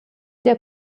der